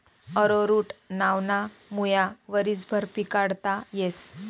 arrowroot नावना मुया वरीसभर पिकाडता येस